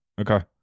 okay